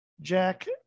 Jack